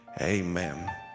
Amen